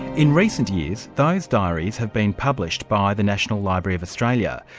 in recent years, those diaries have been published by the national library of australia.